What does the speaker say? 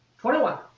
21